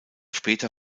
später